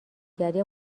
گری